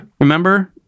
Remember